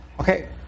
Okay